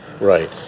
right